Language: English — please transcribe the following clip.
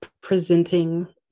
presenting